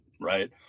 Right